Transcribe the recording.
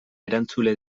erantzule